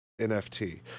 NFT